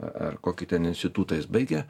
a ar kokį ten institutą jis baigė